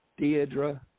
Deidre